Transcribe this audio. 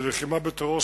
ללחימה בטרור,